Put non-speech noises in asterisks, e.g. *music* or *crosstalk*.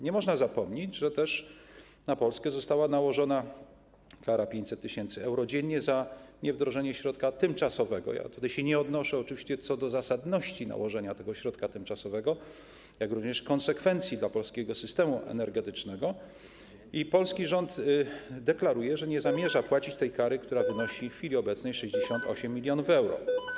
Nie można zapomnieć też, że na Polskę została nałożona kara 500 tys. euro dziennie za niewdrożenie środka tymczasowego - ja tutaj się nie odnoszę co do zasadności nałożenia tego środka tymczasowego, jak również konsekwencji dla polskiego systemu energetycznego - i polski rząd deklaruje, że nie zamierza płacić tej kary, której wysokość wynosi w chwili obecnej *noise* 68 mln euro.